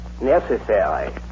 necessary